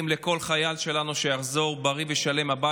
לכל חייל שלנו שיחזור הביתה בריא ושלם.